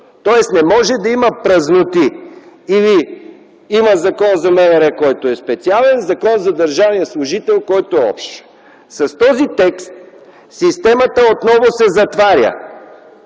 Тоест, не може да има празноти. Има Закон за МВР, който е специален, и Закон за държавния служител, който е общ. С този текст системата отново се затваря.